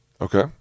Okay